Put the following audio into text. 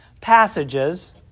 passages